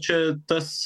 čia tas